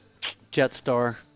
Jetstar